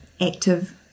active